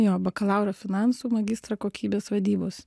jo bakalaurą finansų magistrą kokybės vadybos